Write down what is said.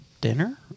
dinner